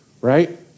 right